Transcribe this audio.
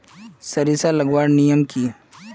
सरिसा लगवार नियम की?